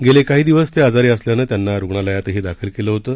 गेले काही दिवस ते आजारी असल्यानं त्यांना रूग्णालयातही दाखल केलं होतं